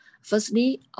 Firstly